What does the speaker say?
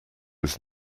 was